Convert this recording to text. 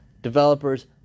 Developers